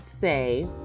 say